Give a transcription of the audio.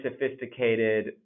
sophisticated